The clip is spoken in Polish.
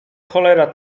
cholera